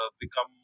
become